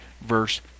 verse